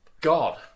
God